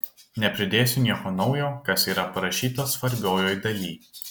nepridėsiu nieko naujo kas yra parašyta svarbiojoj daly